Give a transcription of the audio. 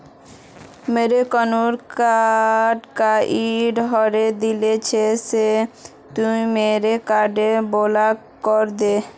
मोर कन्या credit card हरें दिया छे से तुई मोर कार्ड ब्लॉक करे दे